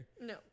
no